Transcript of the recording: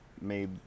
made